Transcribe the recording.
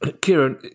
Kieran